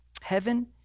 Heaven